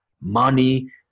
money